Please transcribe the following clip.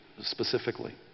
specifically